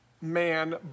man